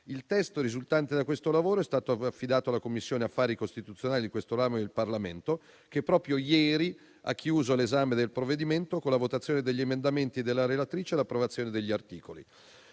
Il testo risultante da questo lavoro è stato affidato alla Commissione affari costituzionali di questo ramo del Parlamento, che proprio ieri ha chiuso l'esame del provvedimento con la votazione degli emendamenti della relatrice e l'approvazione degli articoli.